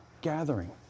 gathering